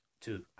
Two